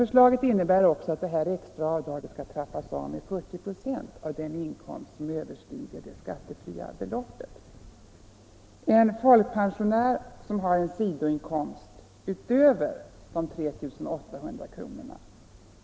Förslaget innebär också att detta extra avdrag trappas av med 40 926 av den inkomst som överstiger det skattefria beloppet. En folkpensionär som har en sidoinkomst utöver 3 800 kr.